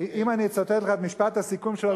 אם אני אצטט לך את משפט הסיכום שלו,